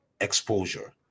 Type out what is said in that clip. exposure